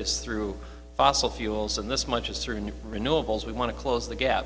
is through fossil fuels and this much is certain renewables we want to close the gap